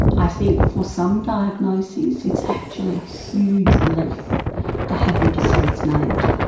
i think for some diagnoses it's actually a huge relief to have your distress named.